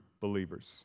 believers